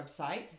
website